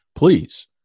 Please